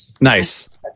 nice